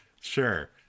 Sure